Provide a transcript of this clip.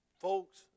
Folks